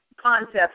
concept